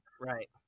Right